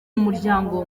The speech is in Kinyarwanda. muryango